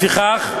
לפיכך,